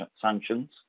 sanctions